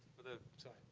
for the sorry.